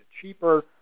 cheaper